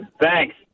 Thanks